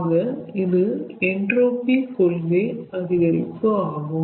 ஆக இது என்ட்ரோபி கொள்கை அதிகரிப்பு ஆகும்